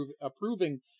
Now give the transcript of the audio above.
approving